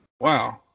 wow